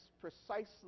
precisely